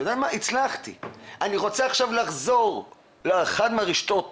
אני רוצה עכשיו לחזור לאחת הרשתות